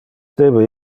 debe